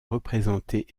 représentée